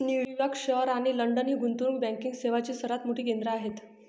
New York शहर आणि London ही गुंतवणूक बँकिंग सेवांची सर्वात मोठी केंद्रे आहेत